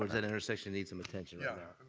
um that intersection needs some attention. yeah.